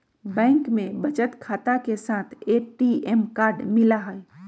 bank में बचत खाता के साथ ए.टी.एम कार्ड मिला हई